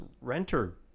renter